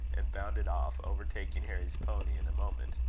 and bounded off, overtaking harry's pony in a moment.